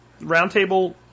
roundtable